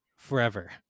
Forever